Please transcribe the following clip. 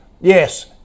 Yes